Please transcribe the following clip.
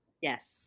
Yes